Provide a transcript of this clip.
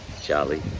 Charlie